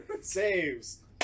Saves